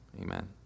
Amen